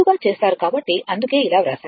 కాబట్టి అందుకే ఇలా వ్రాశారు 5 T 4 tdt